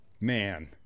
Man